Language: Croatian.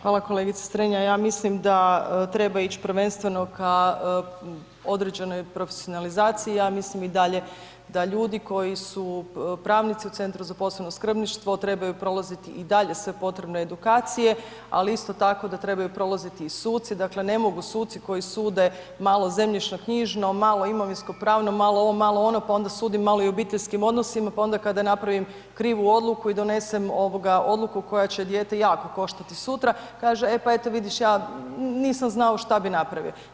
Hvala kolegice Strenja, ja mislim da treba ić prvenstveno ka određenoj profesionalizaciji, ja mislim i dalje da ljudi koji su pravnici u Centru za posebno skrbništvo trebaju prolaziti i dalje sve potrebne edukacije, ali isto tako da trebaju prolaziti i suci, dakle ne mogu suci koji sude malo zemljišnoknjižno, malo imovinskopravno, malo ovo, malo ono, pa onda sudi malo i u obiteljskim odnosima pa onda kada napravim krivu odluku i donesem odluku koja će dijete jako koštati sutra, kaže pa eto vidiš ja nisam znao što bi napravio.